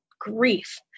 grief